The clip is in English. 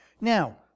Now